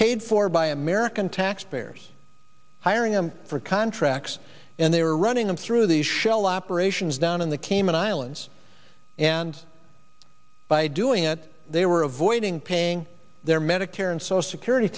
paid for by american taxpayers hiring them for contracts and they were running them through the shell operations down in the cayman islands and by doing it they were avoiding paying their medicare and social security